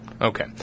Okay